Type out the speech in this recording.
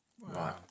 right